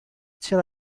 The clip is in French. tire